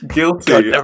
Guilty